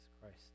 Christ